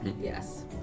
yes